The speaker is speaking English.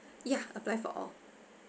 ya apply for all